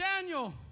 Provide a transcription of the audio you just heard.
Daniel